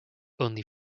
only